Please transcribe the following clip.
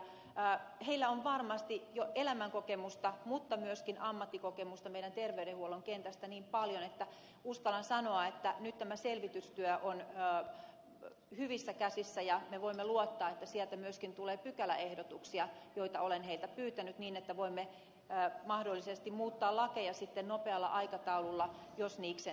heillä on varmasti jo elämänkokemusta mutta myöskin ammattikokemusta meidän terveydenhuollon kentästä niin paljon että uskallan sanoa että nyt tämä selvitystyö on hyvissä käsissä ja me voimme luottaa että sieltä myöskin tulee pykäläehdotuksia joita olen heiltä pyytänyt niin että voimme mahdollisesti muuttaa lakeja sitten nopealla aikataululla jos viiksiä